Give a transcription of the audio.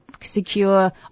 secure